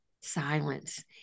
silence